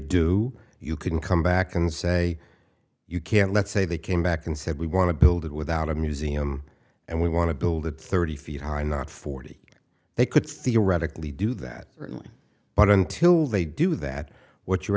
do you can come back and say you can't let's say they came back and said we want to build it without a museum and we want to build it thirty feet high not forty they could theoretically do that certainly but until they do that what you're